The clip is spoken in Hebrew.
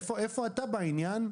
איפה אתה בעניין?